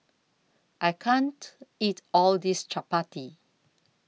I can't eat All This Chapati